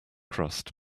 crust